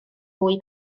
fwy